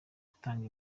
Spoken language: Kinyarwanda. gutanga